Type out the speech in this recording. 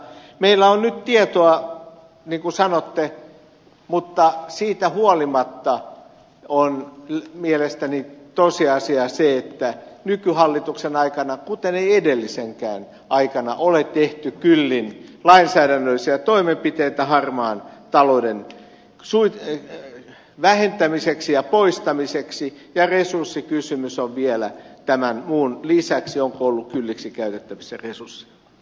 meillä on nyt tietoa niin kuin sanotte mutta siitä huolimatta on mielestäni tosiasia se että ei nykyhallituksen aikana kuten ei edellisenkään aikana ole tehty kyllin lainsäädännöllisiä toimenpiteitä harmaan talouden vähentämiseksi ja poistamiseksi ja resurssikysymys on vielä tämän muun lisäksi onko ollut kylliksi käytettävissä resursseja